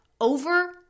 over